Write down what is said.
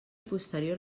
posterior